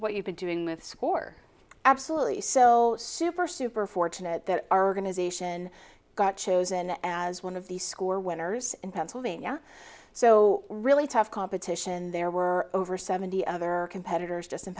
what you've been doing with score absolutely so super super fortunate our organization got chosen as one of the score winners in pennsylvania so really tough competition there were over seventy other competitors just in